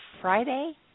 Friday